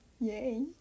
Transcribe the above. Yay